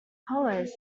colours